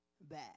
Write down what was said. bad